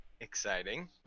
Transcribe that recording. Exciting